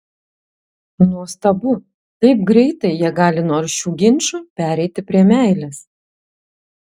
nuostabu kaip greitai jie gali nuo aršių ginčų pereiti prie meilės